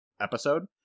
episode